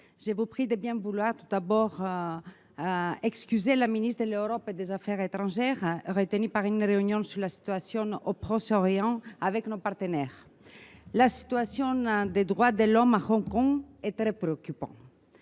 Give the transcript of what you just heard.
d’abord de bien vouloir excuser l’absence de Mme la ministre de l’Europe et des affaires étrangères, retenue par une réunion sur la situation au Proche Orient avec nos partenaires. La situation des droits de l’homme à Hong Kong est très préoccupante.